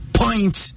point